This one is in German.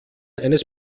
eines